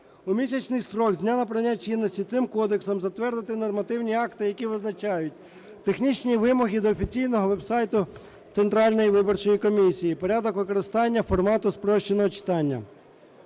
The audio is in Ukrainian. у місячний строк з дня набрання чинності цим Кодексом затвердити нормативні акти, які визначають: Технічні вимоги до офіційного веб-сайту Центральної виборчої комісії; Порядок використання формату спрощеного читання.